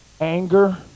Anger